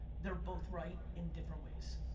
they're both right in different ways.